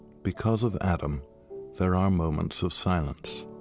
because of adam there are moments of silence.